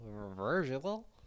Virgil